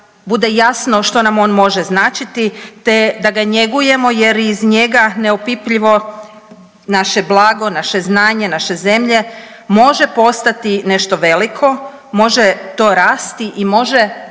nam bude jasno što nam on može značiti te da ga njegujemo jer iz njega neopipljivo naše blago, naše znanje naše zemlje može postati nešto veliko, može to rasti i može